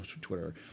Twitter